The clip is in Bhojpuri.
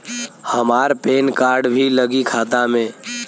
हमार पेन कार्ड भी लगी खाता में?